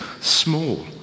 small